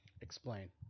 Explain